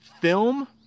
Film